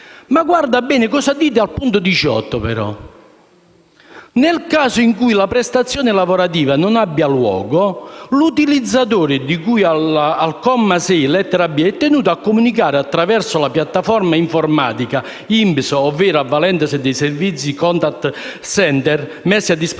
Guardate bene cosa dite al punto 18: «Nel caso in cui la prestazione lavorativa non abbia luogo, l'utilizzatore di cui al comma 6, lettera *b)*, è tenuto a comunicare, attraverso la piattaforma informatica INPS ovvero avvalendosi dei servizi *contact center* messi a disposizione